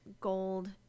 gold